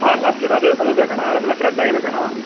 ಹಾಂ ಲಾಬ್ಸ್ಟರ್ ಅದು ಅದು ಬೇಕಾ ಅಣ್ಣ ಅದು ಫುಲ್ ಫ್ರೆಶ್ಶಾಗಿರ್ಬೇಕಾ ಅಣ್ಣ